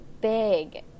big